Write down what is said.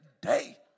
day